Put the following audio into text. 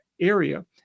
area